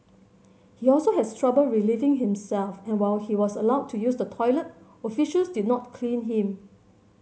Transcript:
he also has trouble relieving himself and while he was allowed to use the toilet officers did not clean him